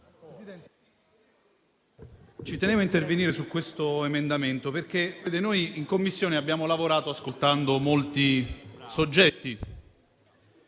ci tengo a intervenire su questo emendamento perché in Commissione abbiamo lavorato ascoltando molti soggetti,